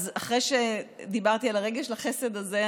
אחרי שדיברתי על הרגש והחסד הזה,